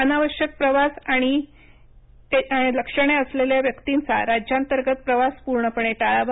अनावश्यक प्रवास आणि आणि लक्षणे असलेल्या व्यक्तिंचा राज्यांतर्गत प्रवास पूर्णपणे टाळावा